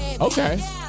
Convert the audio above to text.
Okay